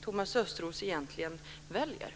Thomas Östros egentligen väljer.